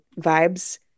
vibes